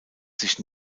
sich